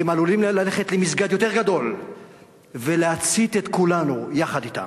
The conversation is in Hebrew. והם עלולים ללכת למסגד יותר גדול ולהצית את כולנו יחד אתם.